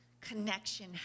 connection